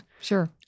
Sure